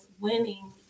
winning